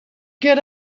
get